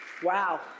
Wow